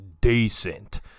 decent